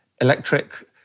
electric